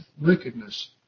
wickedness